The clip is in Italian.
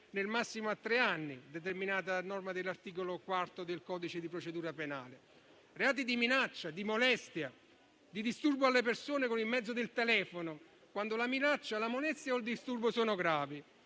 nel massimo a tre anni, determinata a norma dell'articolo 4 del codice di procedura penale, e per i reati di minaccia, di molestia e di disturbo alle persone con il mezzo del telefono, quando la minaccia, la molestia o il disturbo sono gravi.